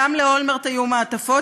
גם לאולמרט היו מעטפות,